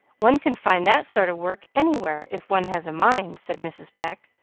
one can find that sort of work anywhere, if one has a mind, said mrs. pecq.